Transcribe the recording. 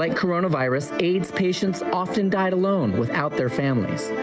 like patients often died alone without their families,